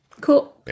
Cool